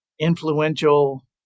influential